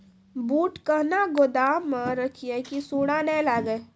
बूट कहना गोदाम मे रखिए की सुंडा नए लागे?